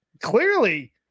Clearly